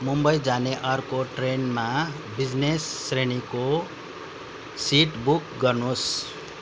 मुम्बई जाने अर्को ट्रेनमा बिजिनेस श्रेणीको सिट बुक गर्नुहोस्